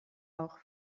auch